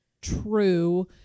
true